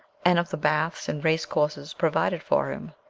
and of the baths and race-courses provided for him.